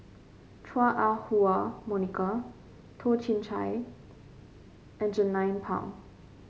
Chua Ah Huwa Monica Toh Chin Chye and Jernnine Pang